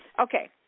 Okay